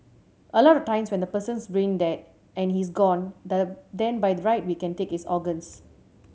a lot of times when the person's brain dead and he's gone then by right we can take his organs